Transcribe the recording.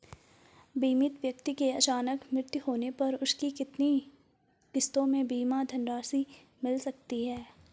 बीमित व्यक्ति के अचानक मृत्यु होने पर उसकी कितनी किश्तों में बीमा धनराशि मिल सकती है?